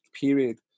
period